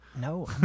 No